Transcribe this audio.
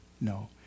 No